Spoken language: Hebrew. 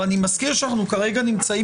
ואני מזכיר שאנחנו כרגע נמצאים,